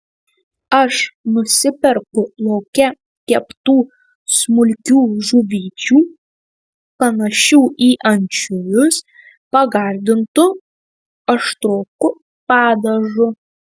aš nusiperku lauke keptų smulkių žuvyčių panašių į ančiuvius pagardintų aštroku padažu